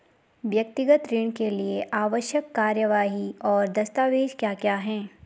व्यक्तिगत ऋण के लिए आवश्यक कार्यवाही और दस्तावेज़ क्या क्या हैं?